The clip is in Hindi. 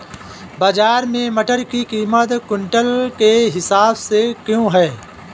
बाजार में मटर की कीमत क्विंटल के हिसाब से क्यो है?